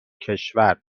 کشور